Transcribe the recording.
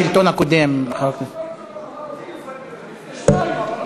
השלטון הקודם רשם אותי לפני שניים,